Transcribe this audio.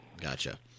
Gotcha